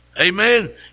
amen